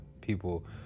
people